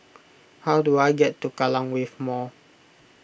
how do I get to Kallang Wave Mall